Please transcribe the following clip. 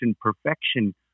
perfection